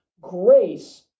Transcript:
Grace